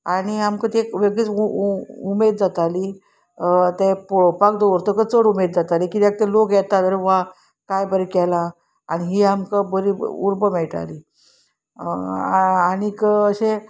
आनी आमकां ती वेगळीच उमेद जाताली ते पळोवपाक दवरतकच चड उमेद जाताली कित्याक ते लोक येता जाल्यार वा कांय बरें केलां आनी ही आमकां बरी उर्बा मेळटाली आनीक अशें